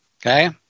okay